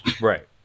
Right